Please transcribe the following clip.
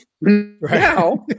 now